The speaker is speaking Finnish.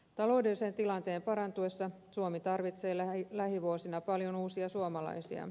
taloudellisen tilanteen parantuessa suomi tarvitsee lähivuosina paljon uusia suomalaisia